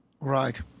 Right